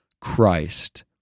Christ